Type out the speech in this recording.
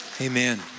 Amen